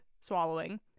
swallowing